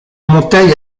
monteil